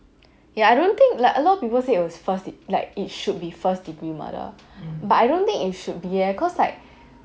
ya I don't think like a lot of people say it was first like it should be first degree murder but I don't think it should be eh cause like